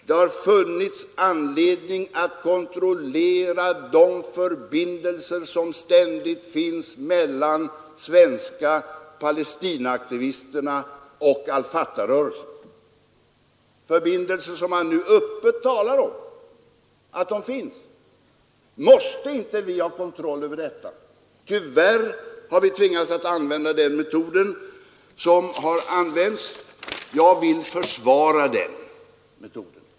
Det har funnits anledning att kontrollera de förbindelser som ständigt finns mellan de svenska palestinaaktivisterna och al Fatah-rörelsen, förbindelser som man nu öppet medger existerar. Måste inte vi ha kontroll över detta? Tyvärr har vi tvingats att använda den metod som har tillämpats. Jag vill försvara den metoden.